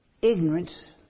Ignorance